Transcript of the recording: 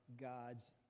God's